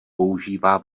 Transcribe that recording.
používá